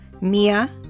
Mia